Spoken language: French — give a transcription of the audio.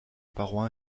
paroi